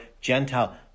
Gentile